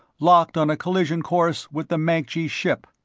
locked on a collision course with the mancji ship.